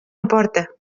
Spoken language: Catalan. emporta